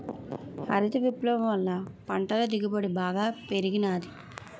హరిత విప్లవం వల్ల పంటల దిగుబడి బాగా పెరిగినాది